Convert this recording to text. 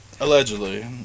Allegedly